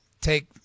take